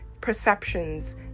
perceptions